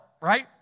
right